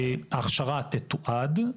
ההכשרה תתועד,